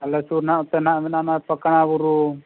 ᱟᱞᱮ ᱥᱩᱨ ᱨᱮ ᱦᱟᱸᱜ ᱱᱚᱛᱮ ᱱᱟᱦᱟᱸᱜ ᱢᱮᱱᱟᱜᱼᱟ ᱯᱟᱸᱠᱱᱟ ᱵᱩᱨᱩ